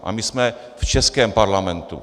A my jsme v českém parlamentu.